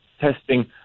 testing